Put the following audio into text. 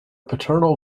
paternal